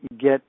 get